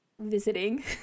visiting